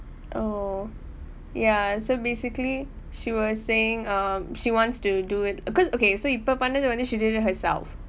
oh ya so basically she was saying um she wants to do it because okay so இப்ப பண்ணது வந்து:ippa pannathu vanthu she did it herself